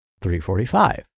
345